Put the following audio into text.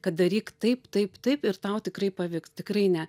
kad daryk taip taip taip ir tau tikrai pavyks tikrai ne